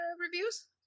reviews